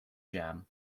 jam